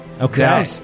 Okay